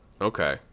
Okay